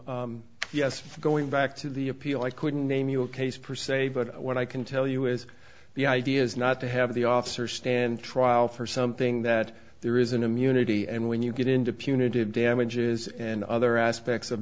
i'm going back to the appeal i couldn't name your case perceval what i can tell you is the idea is not to have the officer stand trial for something that there is an immunity and when you get into punitive damages and other aspects of